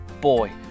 boy